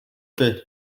fish